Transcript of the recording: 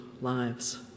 lives